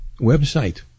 website